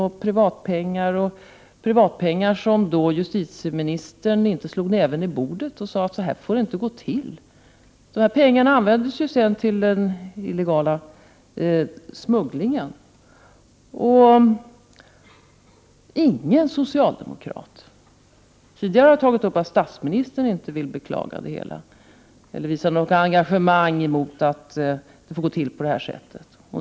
Här finns privatpengar — men justitieministern slog inte näven i bordet och sade att det inte får gå till så. De här pengarna användes sedan till den illegala smugglingen. Ingen socialdemokrat har tidigare tagit upp att statsministern inte ville beklaga det hela eller visat något engagemang mot att det får gå till på det här viset.